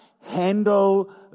handle